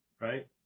Right